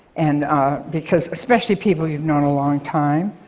and ah because especially people you've known a long time,